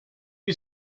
you